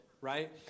right